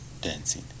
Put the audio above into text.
dancing